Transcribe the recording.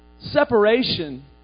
separation